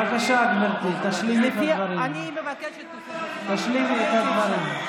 בבקשה, גברתי, תשלימי את הדברים.